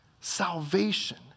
salvation